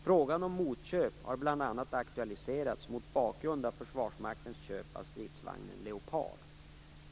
Frågan om motköp har bl.a. aktualiserats mot bakgrund av Försvarsmaktens köp av stridsvagnen Leopard.